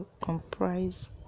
comprise